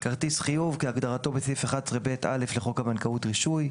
"כרטיס חיוב" כהגדרתו בסעיף 11ב(א) לחוק הבנקאות )רישוי),